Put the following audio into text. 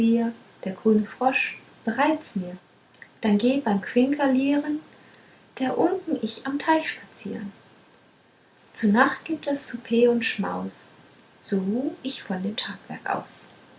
der grüne frosch bereitet's mir dann geh beim quinkelieren der unken ich am teich spazieren zu nacht gibt es souper und schmaus so ruh ich von dem tagwerk aus